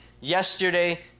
yesterday